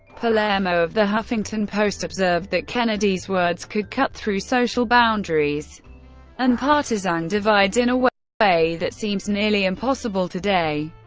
palermo of the huffington post observed that kennedy's words could cut through social boundaries and partisan divides in a way that seems nearly impossible today.